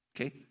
Okay